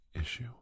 issue